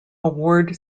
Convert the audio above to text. award